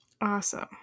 Awesome